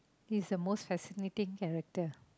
he's the most fascinating character